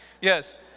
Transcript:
Yes